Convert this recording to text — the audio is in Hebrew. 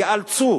אנשים ייאלצו